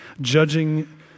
judging